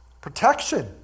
protection